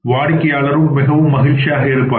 வாடிக்கையாளரும் மிகவும் மகிழ்ச்சியாக இருப்பார்